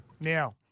Now